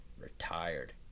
Retired